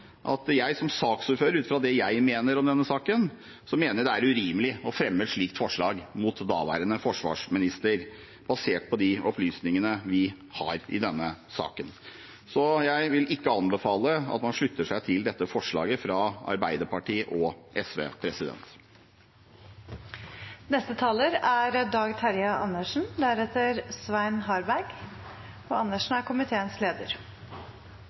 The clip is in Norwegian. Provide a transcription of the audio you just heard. at jeg mener det er urimelig å fremme et slikt forslag mot daværende forsvarsminister basert på de opplysningene vi har i denne saken. Så jeg vil ikke anbefale at man slutter seg til dette forslaget fra Arbeiderpartiet og SV. Jeg vil starte med å takke saksordføreren for en god jobb og